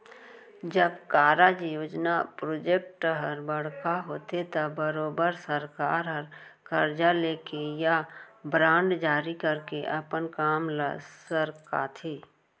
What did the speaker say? जब कारज, योजना प्रोजेक्ट हर बड़का होथे त बरोबर सरकार हर करजा लेके या बांड जारी करके अपन काम ल सरकाथे